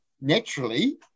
naturally